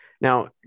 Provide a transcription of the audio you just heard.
now